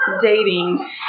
dating